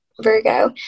Virgo